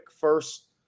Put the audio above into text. first